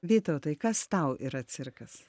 vytautai kas tau yra cirkas